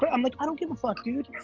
but i'm like, i don't give a fuck dude.